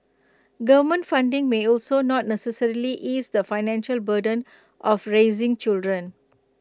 government funding may also not necessarily ease the financial burden of raising children